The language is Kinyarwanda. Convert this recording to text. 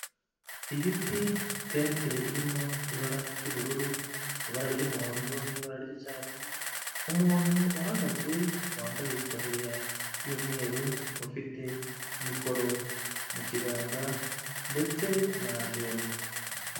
Ibiti, tente irimo ibara ry'ubururu, ibara ry'umuhondo n'ibara ry'icyatsi. Umuntu uhagaze wambaye itaburiya y'umweru ufite mikoro mu kiganza ndetse na ajenda.